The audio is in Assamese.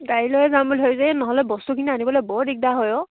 গাড়ীলৈ যাম বুলি ভাবিছো এই নহ'লে বস্তুখিনি আনিবলৈ বৰ দিগদাৰ হয় অ'